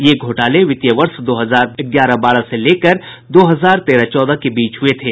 ये घोटाले वित्तीय वर्ष दो हजार ग्यारह बारह से लेकर दो हजार तेरह चौदह के बीच हुये थे